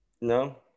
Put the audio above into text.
No